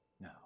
No